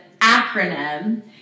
acronym